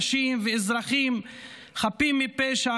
נשים ואזרחים חפים מפשע,